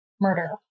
murder